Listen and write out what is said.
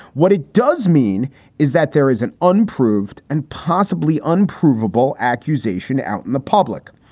what it does mean is that there is an unproved and possibly unprovable accusation out in the public.